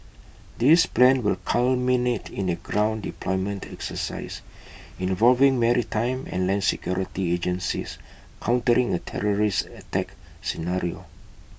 this plan will culminate in A ground deployment exercise involving maritime and land security agencies countering A terrorist attack scenario